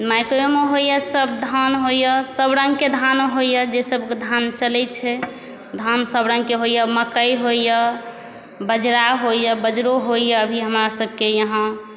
माइकेमे होइए सब धान होइए सब रङ्गके धान होइए जेसब धान चलै छै धानसब रङ्गके होइए मकइ होइए बजरा होइए बजरो होइए अभी हमरासबके यहाँ